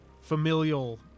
familial